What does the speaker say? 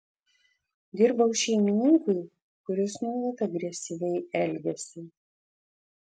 dirbau šeimininkui kuris nuolat agresyviai elgėsi